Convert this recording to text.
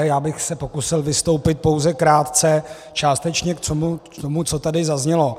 Já bych se pokusil vystoupit pouze krátce částečně k tomu, co tady zaznělo.